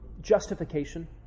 Justification